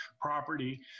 property